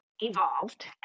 evolved